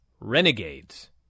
Renegades